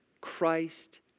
Christ